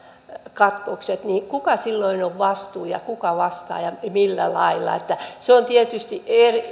katkokset kuka silloin on vastuussa kuka vastaa ja millä lailla se on tietysti eri